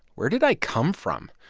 where did i come from,